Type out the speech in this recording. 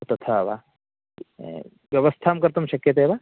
तथा वा व्यवस्था कर्तुं शक्यते वा